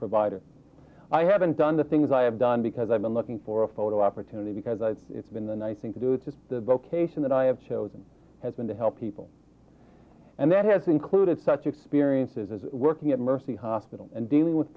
provider i haven't done the things i have done because i've been looking for a photo opportunity because it's been the nice thing to do to the vocation that i have chosen has been to help people and that has included such experiences as working at mercy hospital and dealing with